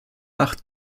acht